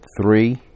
three